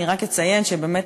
אני רק אציין שבאמת,